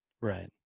right